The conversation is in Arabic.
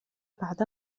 بعد